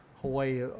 Hawaii